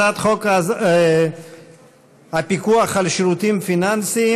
הצעת חוק הפיקוח על שירותים פיננסיים